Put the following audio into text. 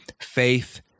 faith